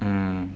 mm